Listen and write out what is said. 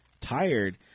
tired